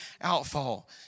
outfall